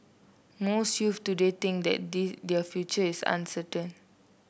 most youths today think that they their future is uncertain